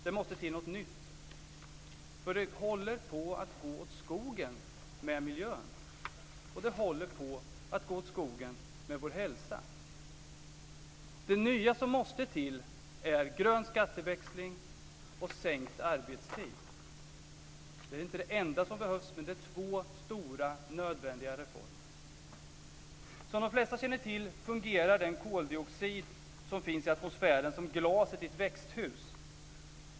Det måste ske något nytt, för det håller på att gå åt skogen med miljön och även med vår hälsa. Det nya som måste till är grön skatteväxling och sänkt arbetstid. Det är inte det enda som behövs, men det är två stora och nödvändiga reformer. Som de flesta känner till fungerar den koldioxid som finns i atmosfären som glaset i ett växthus.